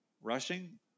rushing